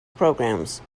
programs